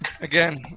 Again